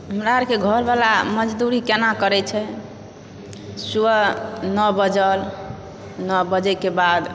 हमरा आरके घर वला मजदूरी केना करै छै सुबह नओ बजल नओ बजेके बाद